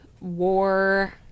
war